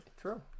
True